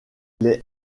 les